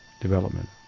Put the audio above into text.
development